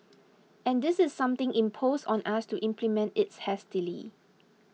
and this is something imposed on us to implement it hastily